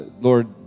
Lord